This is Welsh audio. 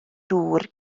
dŵr